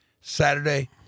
saturday